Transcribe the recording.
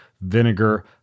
vinegar